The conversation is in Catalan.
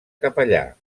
capellà